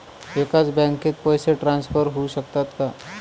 एकाच बँकेत पैसे ट्रान्सफर होऊ शकतात का?